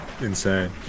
insane